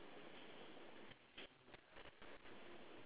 ya